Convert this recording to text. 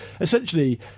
essentially